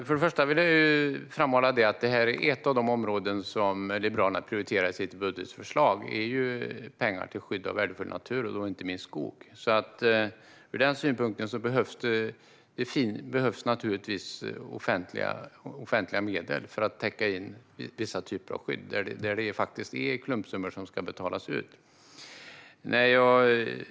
Fru talman! Till att börja med vill jag framhålla att det här, skydd av värdefull natur och inte minst skog, är ett av de områden som vi i Liberalerna prioriterar i vårt budgetförslag. Det behövs offentliga medel för att täcka in vissa typer av skydd där det faktiskt är klumpsummor som ska betalas ut.